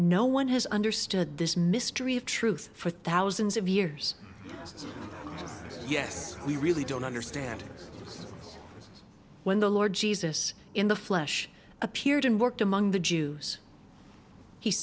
no one has understood this mystery of truth for thousands of years yes we really don't understand it when the lord jesus in the flesh appeared and worked among the jews he